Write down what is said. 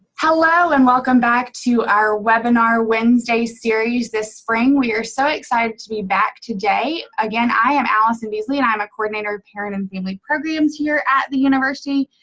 hello, and welcome back to our webinar wednesday series this spring. we are so excited to be back today. again, i am alison beasley, and i'm a coordinator of parent and family programs here at the university.